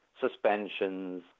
suspensions